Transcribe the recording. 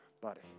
buddy